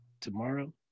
tomorrow